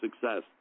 success